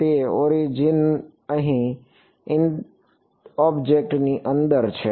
તેથી ઓરિજિન અહીં ઑબ્જેક્ટની અંદર છે